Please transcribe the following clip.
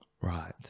right